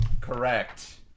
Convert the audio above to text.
Correct